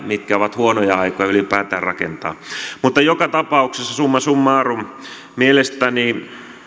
mitkä ovat huonoja aikoja ylipäätään rakentaa mutta joka tapauksessa summa summarum mielestäni